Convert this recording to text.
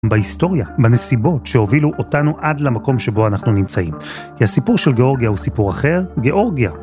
בהיסטוריה, בנסיבות שהובילו אותנו עד למקום שבו אנחנו נמצאים. כי הסיפור של גיאורגיה הוא סיפור אחר. גיאורגיה.